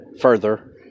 further